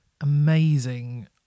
amazing